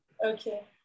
Okay